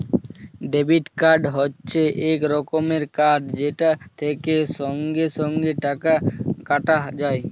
debit card হচ্যে এক রকমের কার্ড যেটা থেক্যে সঙ্গে সঙ্গে টাকা কাটা যায়